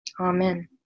Amen